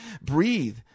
Breathe